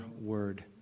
word